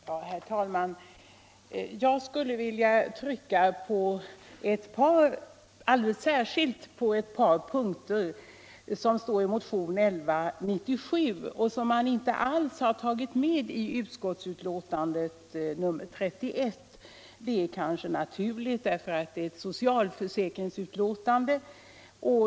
Herr talman! Jag skulle vilja trycka alldeles särskilt på ett par punkter i motion 1197 vilka inte alls tagits upp i socialförsäkringsutskottets betänkande nr 31. De gäller meritvärderingen, som både fru Sundberg och fru Fredgardh talade om.